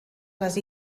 les